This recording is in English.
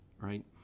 right